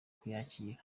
kuyakira